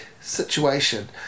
situation